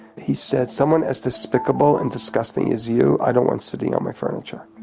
he said, someone as despicable and disgusting as you, i don't want sitting on my furniture.